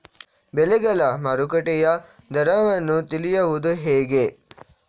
ಬೆಳೆಗಳ ಮಾರುಕಟ್ಟೆಯ ದರವನ್ನು ತಿಳಿಯುವುದು ಹೇಗೆ?